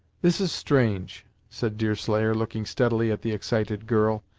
this is strange! said deerslayer, looking steadily at the excited girl,